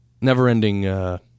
never-ending